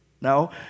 No